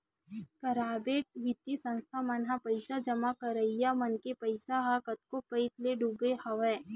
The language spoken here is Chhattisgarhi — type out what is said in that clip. पराबेट बित्तीय संस्था मन म पइसा जमा करइया मन के पइसा ह कतको पइत ले डूबे हवय